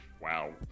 Wow